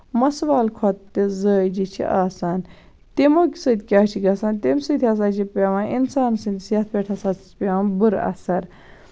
مَس والہٕ کھۄتہٕ تہِ زٲوجہِ چھِ آسان تِمو سۭتۍ کیاہ چھُ گژھان تَمہِ سۭتۍ ہسا چھُ پیوان اِنسان سٔندِس ہَتھ پٮ۪ٹھ ہسا چھُ پیوان بُرٕ اَثر